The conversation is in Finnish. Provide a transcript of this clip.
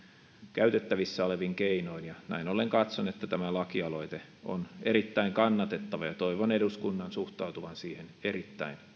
käytettävissä olevin keinoin ja näin ollen katson että tämä lakialoite on erittäin kannatettava ja toivon eduskunnan suhtautuvan siihen erittäin